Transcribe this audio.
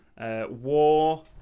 War